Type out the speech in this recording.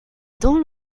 dans